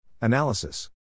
Analysis